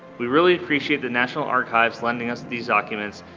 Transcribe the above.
we really appreciate the national archives lending us these documents,